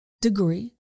degree